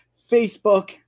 Facebook